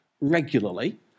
regularly